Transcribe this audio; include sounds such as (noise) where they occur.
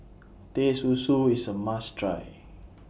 Teh Susu IS A must Try (noise)